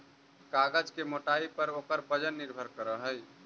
कागज के मोटाई पर ओकर वजन निर्भर करऽ हई